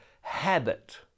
Habit